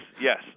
yes